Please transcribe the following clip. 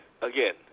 again